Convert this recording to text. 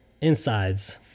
insides